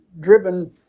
driven